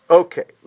okay